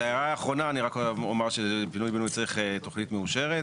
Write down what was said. על ההערה האחרונה אני רק אומר שלפינוי בינוי צריך תוכנית מאושרת.